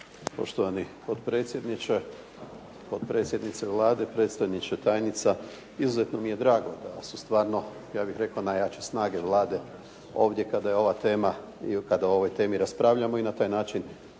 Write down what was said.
potpredsjednice Vlade, predstojniče, tajniče. Izuzetno mi je drago, danas su stvarno ja bih rekao najjače snage Vlade ovdje kada je ova tema i kada o ovoj temi raspravljamo i na taj način